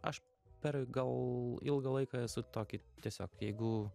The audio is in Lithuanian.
aš per gal ilgą laiką esu tokį tiesiog jeigu